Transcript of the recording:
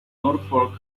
norfolk